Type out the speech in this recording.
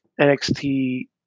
NXT